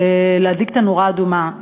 להדליק נורה אדומה.